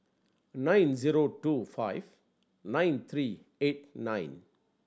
nine zero two five nine three eighty nine